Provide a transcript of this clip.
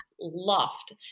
loft